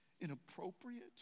inappropriate